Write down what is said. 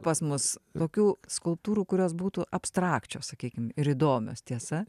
pas mus tokių skulptūrų kurios būtų abstrakčios sakykim ir įdomios tiesa